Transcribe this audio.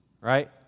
right